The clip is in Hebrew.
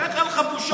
אין לך בושה בפנים.